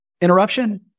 interruption